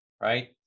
right